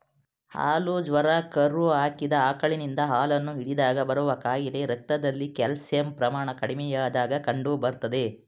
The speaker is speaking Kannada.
ಹಾಲು ಜ್ವರ ಕರು ಹಾಕಿದ ಆಕಳಿನಿಂದ ಹಾಲನ್ನು ಹಿಂಡಿದಾಗ ಬರುವ ಕಾಯಿಲೆ ರಕ್ತದಲ್ಲಿ ಕ್ಯಾಲ್ಸಿಯಂ ಪ್ರಮಾಣ ಕಡಿಮೆಯಾದಾಗ ಕಂಡುಬರ್ತದೆ